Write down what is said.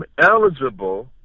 eligible